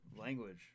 language